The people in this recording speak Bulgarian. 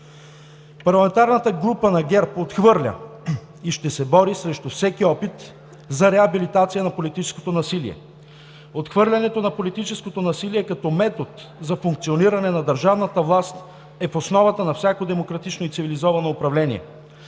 Парламентарната група на ГЕРБ отхвърля и ще се бори срещу всеки опит за реабилитация на политическото насилие. Отхвърлянето на политическото насилие като метод за функциониране на държавната власт е в основата на всяко демократично и цивилизовано управление.